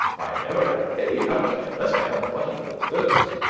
i never have any appetite unless i have a buttonhole first.